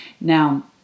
now